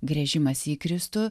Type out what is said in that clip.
gręžimąsi į kristų